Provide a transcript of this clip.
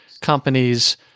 companies